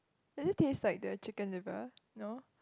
does it taste like the chicken liver no